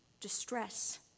distress